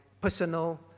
personal